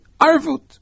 arvut